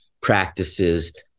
practices